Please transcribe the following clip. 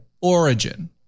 origin